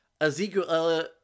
Ezekiel